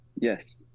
yes